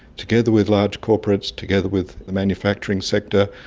together with large corporates, together with the manufacturing sector,